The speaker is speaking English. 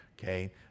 Okay